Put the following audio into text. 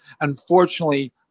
Unfortunately